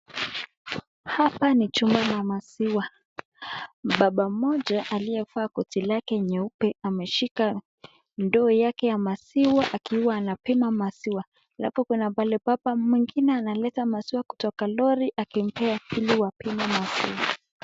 Hapa ni chumba la maziwa. Baba mmoja aliyevaa koti lake nyeupe ameshika ndoo yake ya maziwa akiwa anapima maziwa. Alafu kuna pale baba mwingine analeta maziwa kutoka lori akimpea ili wapime maziwa.